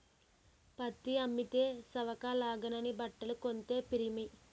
పత్తి అమ్మితే సవక అలాగని బట్టలు కొంతే పిరిమి